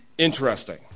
interesting